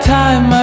time